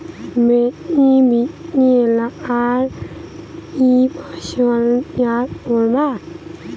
বেশি বৃষ্টি এলাকায় কি ফসল চাষ করব?